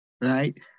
right